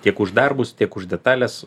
tiek už darbus tiek už detales